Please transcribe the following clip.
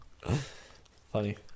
Funny